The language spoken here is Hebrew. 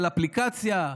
על אפליקציה,